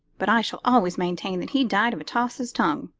but i shall always maintain that he died of atossa's tongue,